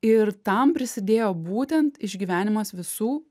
ir tam prisidėjo būtent išgyvenimas visų